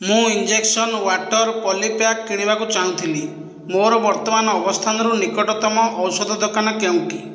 ମୁଁ injection water polypack କିଣିବାକୁ ଚାହୁଁଥିଲି ମୋର ବର୍ତ୍ତମାନ ଅବସ୍ଥାନରୁ ନିକଟତମ ଔଷଧ ଦୋକାନ କେଉଁଟି